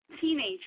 teenager